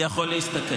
אני יכול להסתכן.